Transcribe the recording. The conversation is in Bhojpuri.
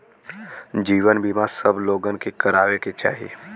जीवन बीमा सब लोगन के करावे के चाही